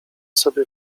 sobie